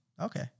Okay